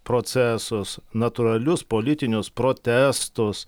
procesus natūralius politinius protestus